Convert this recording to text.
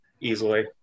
easily